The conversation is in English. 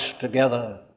together